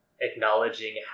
acknowledging